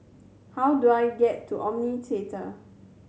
how do I get to Omni Theatre